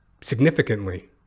significantly